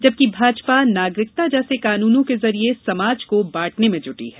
जबकि भाजपा नागरिकता जैसे कानूनों के जरिये समाज को बांटने में जुटी है